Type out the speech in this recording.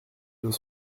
deux